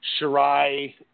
Shirai